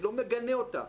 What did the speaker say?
אני לא מגנה אותה,